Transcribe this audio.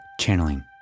Channeling